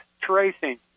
Tracing